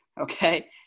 okay